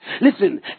Listen